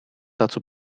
dazu